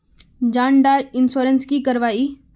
जान डार इंश्योरेंस की करवा ई?